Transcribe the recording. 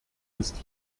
ist